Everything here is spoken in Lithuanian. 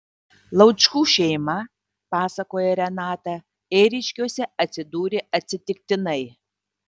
laučkų šeima pasakoja renata ėriškiuose atsidūrė atsitiktinai